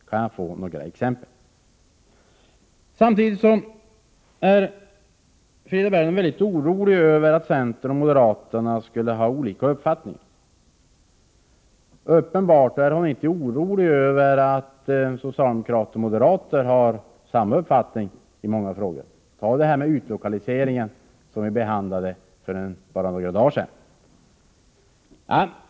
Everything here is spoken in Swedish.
Kan jag få några exempel? Frida Berglund är mycket orolig över att centern och moderaterna skulle ha olika uppfattningar. Uppenbarligen är hon inte orolig över att socialdemokrater och moderater har samma uppfattning i många frågor —t.ex. i fråga om utlokaliseringen, som vi behandlade för några dagar sedan.